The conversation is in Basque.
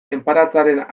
enparantzaren